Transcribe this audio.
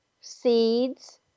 seeds